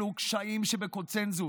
אלו קשיים שבקונסנזוס.